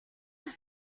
have